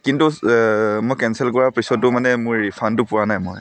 কিন্তু মই কেনচেল কৰাৰ পিছতো মানে মোৰ ৰিফাণ্ডটো পোৱা নাই মই